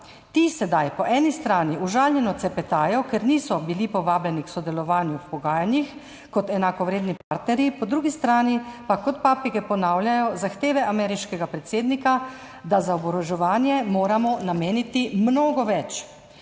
Ti sedaj po eni strani užaljeno cepetajo, ker niso bili povabljeni k sodelovanju v pogajanjih kot enakovredni partnerji, po drugi strani pa kot papige ponavljajo zahteve ameriškega predsednika, da moramo za oboroževanje nameniti mnogo več.